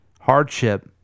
hardship